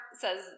says